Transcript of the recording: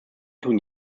tun